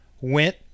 went